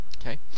Okay